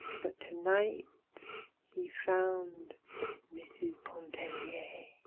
but to-night he found mrs. pontellier.